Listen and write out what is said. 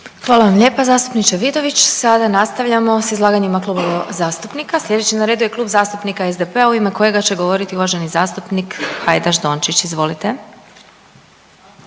Hvala vam lijepa zastupniče Vidović. Sada nastavljamo s izlaganjima klubova zastupnika. Slijedeći na redu je Klub zastupnika SDP-a u ime kojega će govoriti uvaženi zastupnik Hajdaš Dončić. Izvolite.